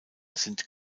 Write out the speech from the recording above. sind